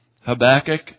Habakkuk